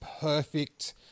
perfect